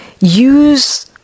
Use